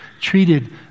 treated